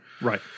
Right